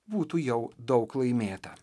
būtų jau daug laimėta